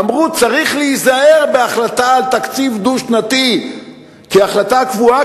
אמרו: צריך להיזהר בהחלטה על תקציב דו-שנתי כהחלטה קבועה,